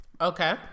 Okay